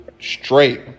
straight